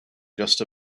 just